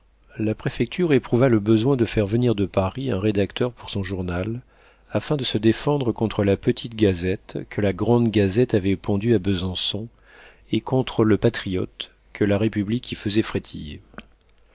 la préfecture éprouva le besoin de faire venir de paris un rédacteur pour son journal afin de se défendre contre la petite gazette que la grande gazette avait pondue à besançon et contre le patriote que la république y faisait frétiller